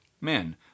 men